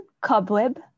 cobweb